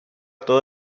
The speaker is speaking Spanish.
todo